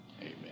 Amen